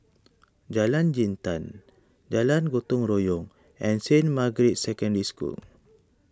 Jalan Jintan Jalan Gotong Royong and Saint Margaret's Secondary School